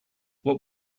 what